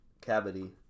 cavity